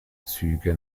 züge